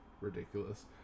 ridiculous